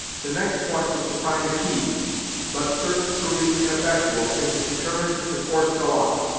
the next point was to find a key but, search proving ineffectual, it was determined to force the lock.